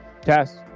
Test